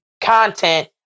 content